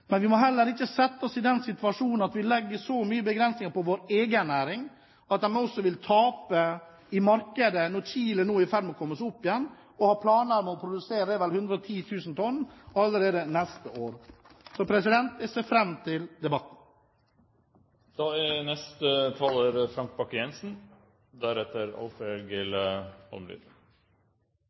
Men vi må heller ikke sette oss i den situasjonen at vi legger så mye begrensninger på vår egen næring at den vil tape i markedet nå som Chile er i ferd med å ta seg opp igjen og har planer om å produsere 110 000 tonn allerede neste år. Jeg ser fram til